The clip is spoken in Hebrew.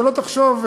שלא תחשוב,